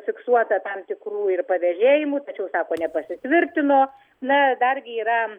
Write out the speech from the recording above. fiksuota tam tikrų ir pavėžėjimų tačiau sako nepasitvirtino na dargi yra